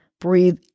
Breathe